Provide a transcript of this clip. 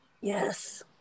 yes